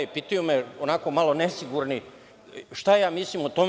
Pitaju me onako malo nesigurni šta ja mislim o tome.